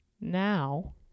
Now